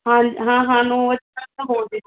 ਹਾਂ ਹਾਂ ਹਾਂ ਨੋ ਵਜੇ ਤੱਕ ਤਾਂ ਹੋਜੇਗੀ